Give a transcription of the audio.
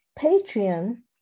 Patreon